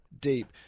deep